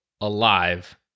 alive